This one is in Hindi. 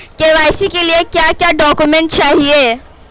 के.वाई.सी के लिए क्या क्या डॉक्यूमेंट चाहिए?